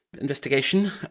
investigation